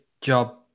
job